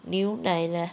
牛奶 lah